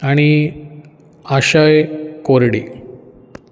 आनी आशय कोरडे